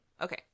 okay